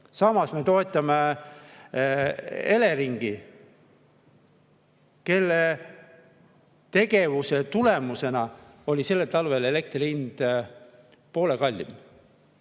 Samas me toetame Eleringi, kelle tegevuse tulemusena oli sellel talvel elektri hind poole kallim.